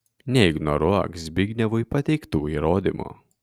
neignoruok zbignevui pateiktų įrodymų